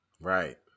Right